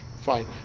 fine